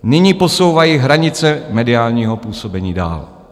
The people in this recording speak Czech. Nyní posouvají hranice mediálního působení dál.